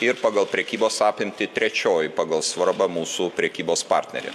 ir pagal prekybos apimtį trečioji pagal svarbą mūsų prekybos partnerė